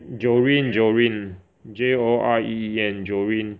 Joreen Joreen J O R E E N Joreen